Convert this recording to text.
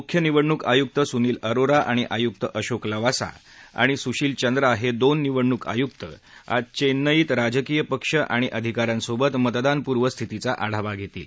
मुख्य निवडणूक आयुक्त सुनील अरोरा आणि आयुक्त अशोक लवासा आणि सुशील चंद्रा हे दोन निवडणूक आयुक्त आज चेन्नईत राजकिय पक्ष आणि अधिकाऱ्यांसोबत मतदानपूर्व स्थितीचा आढावा घेतील